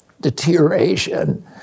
deterioration